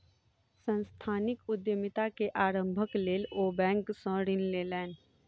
सांस्थानिक उद्यमिता के आरम्भक लेल ओ बैंक सॅ ऋण लेलैन